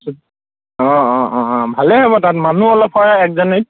অঁ অঁ অঁ অঁ ভালেই হ'ব তাত মানুহ অলপ হয় এক জানুৱাৰীত